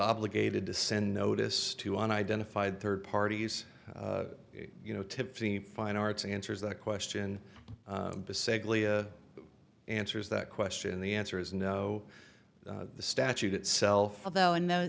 obligated to send notice to on identified third parties you know to seem fine arts answers that question answers that question the answer is no the statute itself although in th